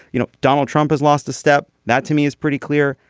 you know donald trump has lost a step. that to me is pretty clear.